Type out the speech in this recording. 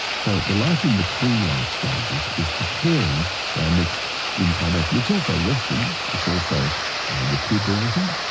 so the life-between-life stage is is preparing for our next incarnation. it's also resting. it's also recuperating,